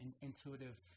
intuitive